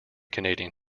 canadian